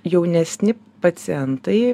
jaunesni pacientai